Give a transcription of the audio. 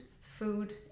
food